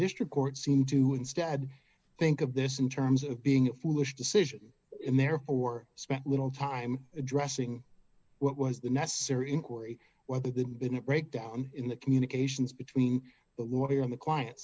district court seemed to instead think of this in terms of being a foolish decision and therefore spent little time addressing what was the necessary inquiry whether the didn't break down in the communications between the lawyer and the client